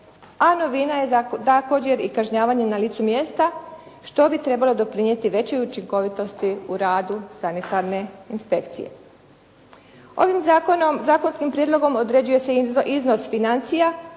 a novina je također i kažnjavanje i na licu mjesta, što bi trebalo doprinijeti većoj učinkovitosti u radu sanitarne inspekcije. Ovim zakonom, zakonskim prijedlogom uređuje se iznos financija